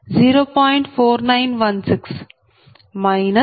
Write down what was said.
2084 0